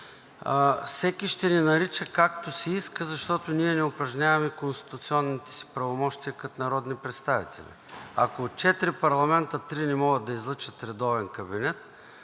всеки ще ни нарича както си иска, защото ние не упражняваме конституционните си правомощия като народни представители. Ако от четири парламента три не могат да излъчат редовен кабинет,